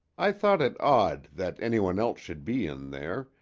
i thought it odd that any one else should be in there,